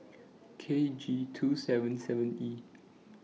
K G two seven seven E